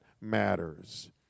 matters